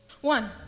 one